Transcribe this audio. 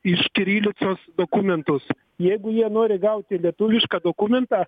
iš kirilicos dokumentus jeigu jie nori gauti lietuvišką dokumentą